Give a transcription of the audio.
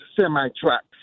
semi-trucks